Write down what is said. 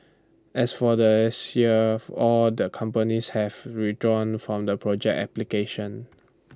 as for this year all the companies had withdrawn from the project application